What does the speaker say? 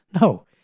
No